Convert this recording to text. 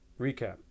recap